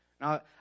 Now